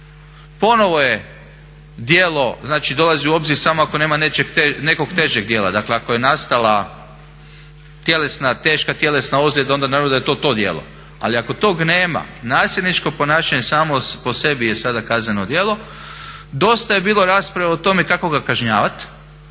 Ponovo je djelo, znači dolazi u obzir samo ako nema nekog težeg djela, dakle ako je nastala teška tjelesna ozljeda onda naravno da je to to djelo, ali ako tog nema nasilničko ponašanje samo po sebi je sada kazneno djelo. Dosta je bilo rasprave o tome kako ga kažnjavat